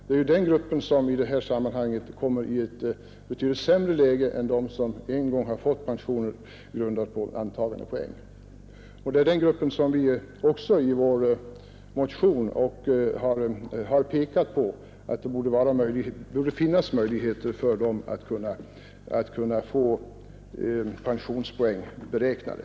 Det är denna grupp som i detta sammanhang kommer i betydligt sämre läge än de som en gång har fått pension grundad på antagandepoäng. Vi har också i vår motion pekat på att det borde finnas möjligheter för den gruppen att få pensionspoäng beräknade.